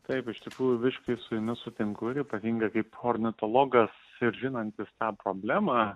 taip iš tikrųjų biškį su jumis sutinku ir ypatinga kaip ornitologas ir žinantis tą problemą